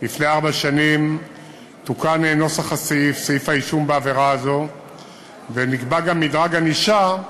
לפני ארבע שנים תוקן נוסח סעיף האישום בעבירה הזאת וגם נקבע מדרג ענישה,